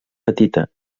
petita